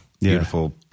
beautiful